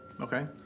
Okay